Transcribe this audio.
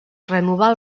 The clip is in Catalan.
renovar